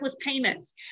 payments